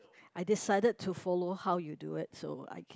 I decided to follow how you do it so I